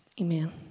Amen